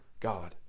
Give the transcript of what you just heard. God